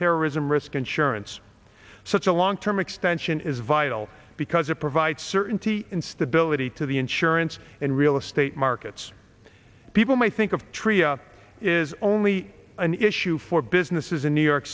terrorism risk insurance such a long term extension is vital because it provides certainty in stability to the insurance and real estate markets people may think of tria is only an issue for businesses in new york